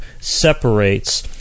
separates